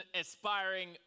aspiring